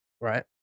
right